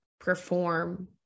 perform